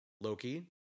Loki